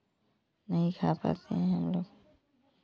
नहीं खा पाते हैं हम लोग